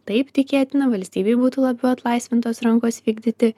taip tikėtina valstybei būtų labiau atlaisvintos rankos vykdyti